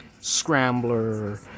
scrambler